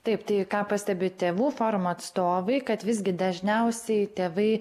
taip tai ką pastebi tėvų forumo atstovai kad visgi dažniausiai tėvai